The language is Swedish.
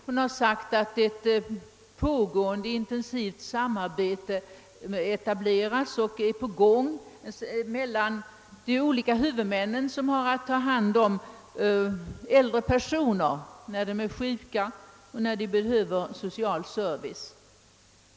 Hon sade att ett intensivt samarbete etablerats och pågår mellan de olika huvudmän som har att ta hand om äldre personer när de är sjuka och behöver social service.